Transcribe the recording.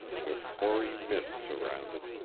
with hoary mists around it,